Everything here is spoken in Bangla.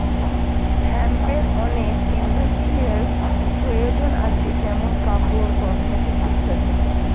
হেম্পের অনেক ইন্ডাস্ট্রিয়াল প্রয়োজন আছে যেমন কাপড়, কসমেটিকস ইত্যাদি